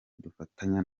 dufatanya